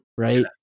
right